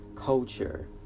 Culture